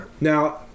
Now